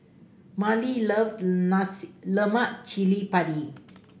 Marlys loves Lemak Cili Padi